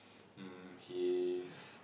um he's